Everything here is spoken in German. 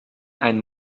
ein